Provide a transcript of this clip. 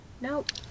Nope